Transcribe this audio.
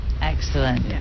Excellent